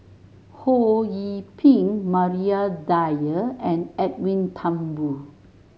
Ho Yee Ping Maria Dyer and Edwin Thumboo